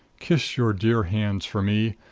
kiss your dear hands for me.